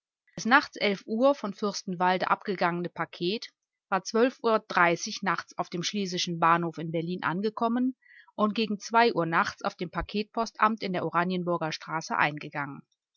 nachts elf uhr von fürstenwalde abgegangene paket war uhr nachts auf dem schlesischen bahnhof in berlin angekommen und gegen zwei uhr nachts auf dem paketpostamt in der oranienburger straße eingegangen